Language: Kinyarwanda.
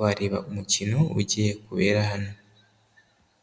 bareba umukino ugiye kubera hano.